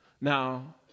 Now